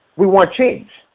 we want change.